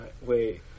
Wait